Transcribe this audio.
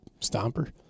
Stomper